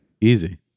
easy